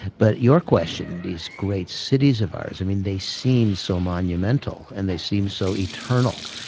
but your question, these great cities of ours. i mean, they seem so monumental and they seem so eternal.